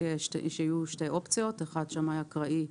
שיהיו שתי אופציות: האחת, שמאי אקראי.